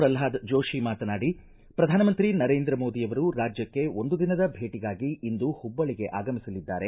ಪ್ರಲ್ನಾದ ಜೋಶಿ ಮಾತನಾಡಿ ಪ್ರಧಾನಮಂತ್ರಿ ನರೇಂದ್ರ ಮೋದಿಯವರು ರಾಜ್ಜಕ್ಕೆ ಒಂದು ದಿನದ ಭೇಟಿಗಾಗಿ ಇಂದು ಹುಬ್ಬಳ್ಳಿಗೆ ಆಗಮಿಸಲಿದ್ದಾರೆ